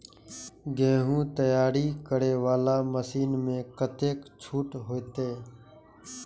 गेहूं तैयारी करे वाला मशीन में कतेक छूट होते?